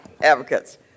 advocates